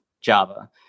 Java